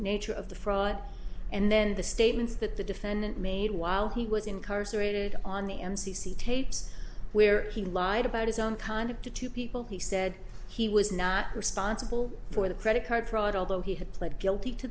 nature of the fraud and then the statements that the defendant made while he was incarcerated on the m c c tapes where he lied about his own conduct a two people he said he was not responsible for the credit card fraud although he had pled guilty to